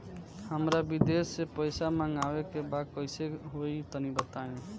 हमरा विदेश से पईसा मंगावे के बा कइसे होई तनि बताई?